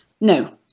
No